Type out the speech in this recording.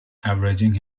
avenging